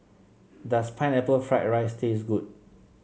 does Pineapple Fried Rice taste good